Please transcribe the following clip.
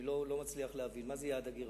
אני לא מצליח להבין, מה זה יעד הגירעון?